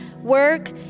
work